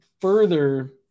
further